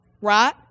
Right